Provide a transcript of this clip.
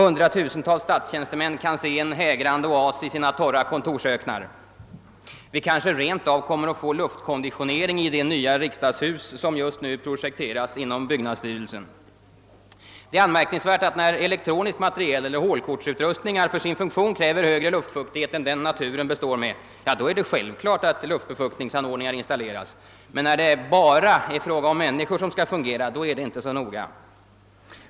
Hundratusentals statstjänstemän kan alltså nu se en hägrande oas i sina torra kontorsöknar. Vi kanske rent av också kommer att få luftkonditionering i det nya riksdagshus som just nu projekteras i byggnadsstyrelsen. Det är anmärkningsvärt att när elektronisk materiel eller hålkortsutrustningar för sin funktion kräver högre luftfuktighet än den naturen består med, så anses det självklart att luftbefuktningsanordningar installeras. Men när det »bara» är fråga om människor som skall fungera är det inte så noga.